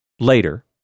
later